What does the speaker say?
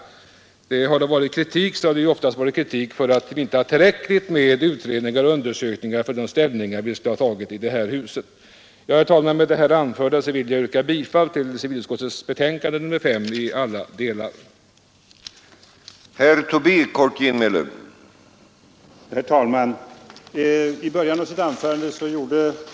Om kritik förekommit, har den ofta varit att man inte har gjort tillräckligt med utredningar och undersökningar före de beslut som skall fattas i detta hus. Herr talman! Med det anförda ber jag att få yrka bifall till civilutskottets hemställan på samtliga punkter i dess betänkande nr 5.